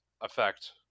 effect